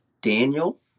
Daniel